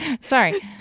Sorry